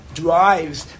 drives